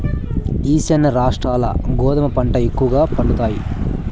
ఈశాన్య రాష్ట్రాల్ల గోధుమ పంట ఎక్కువగా పండుతాయి